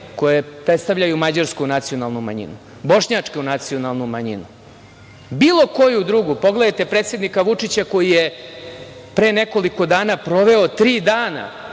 koje predstavljaju mađarsku nacionalnu manjinu, bošnjačku nacionalnu manjinu, bilo koju drugu. Pogledajte predsednika Vučića koji je pre nekoliko dana proveo tri dana,